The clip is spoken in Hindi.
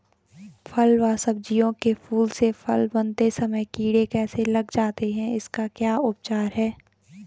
फ़ल व सब्जियों के फूल से फल बनते समय कीड़े कैसे लग जाते हैं इसका क्या उपचार है?